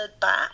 back